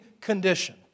condition